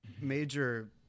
major